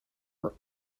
were